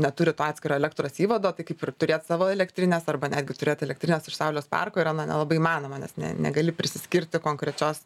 neturit to atskiro elektros įvado tai kaip ir turėt savo elektrines arba netgi turėt elektrines iš saulės parkų yra na nelabai įmanoma nes ne negali prisiskirti konkrečios